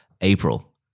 April